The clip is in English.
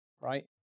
Right